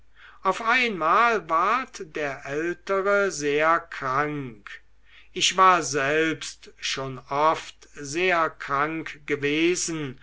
auf einmal ward der ältere sehr krank ich war selbst schon oft sehr krank gewesen